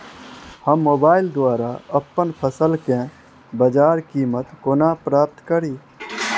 हम मोबाइल द्वारा अप्पन फसल केँ बजार कीमत कोना प्राप्त कड़ी?